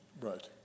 Right